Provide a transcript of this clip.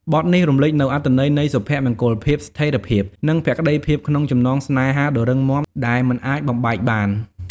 បទនេះរំលេចនូវអត្ថន័យនៃសុភមង្គល ភាពស្ថិតស្ថេរ និងភក្តីភាពក្នុងចំណងស្នេហាដ៏រឹងមាំ ដែលមិនអាចបំបែកបាន។